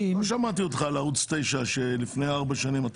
שמעתי אותך בערוץ 9 לפני 4 שנים אומר את הדברים האלה.